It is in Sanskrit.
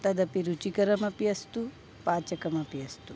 तदपि रुचिकरमपि अस्तु पाचकमपि अस्तु